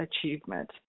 achievement